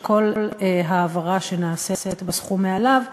שכל העברה שנעשית בסכום שמעליו,